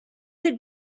had